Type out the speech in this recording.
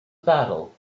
battle